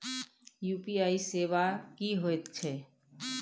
UPI सेवा की होयत छै?